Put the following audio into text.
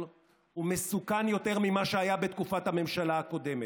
ומסוכן יותר ממה שהיה בתקופת הממשלה הקודמת.